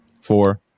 four